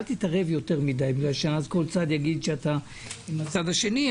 אל תתערב יותר מדי בגלל שאז כל צד יגיד שאתה עם הצד השני,